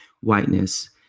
whiteness